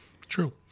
True